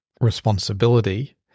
responsibility